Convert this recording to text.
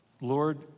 Lord